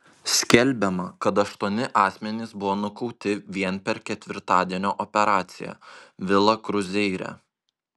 skelbiama kad aštuoni asmenys buvo nukauti vien per ketvirtadienio operaciją vila kruzeire